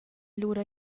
lura